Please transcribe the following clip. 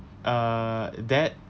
err that